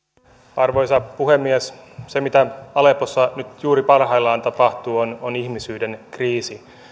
arvoisa puhemies se mitä aleppossa nyt juuri parhaillaan tapahtuu on on ihmisyyden kriisi